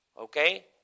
Okay